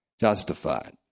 justified